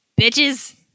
bitches